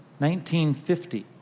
1950